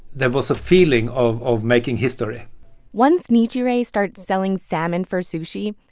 there was a feeling of of making history once nishi rei started selling salmon for sushi,